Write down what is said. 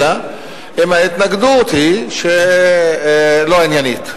אלא אם כן ההתנגדות היא לא עניינית,